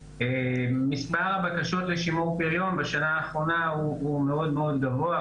מספר הבקשות לשימור פריון בשנה האחרונה הוא מאוד מאוד גבוה.